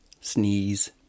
Sneeze